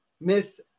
miss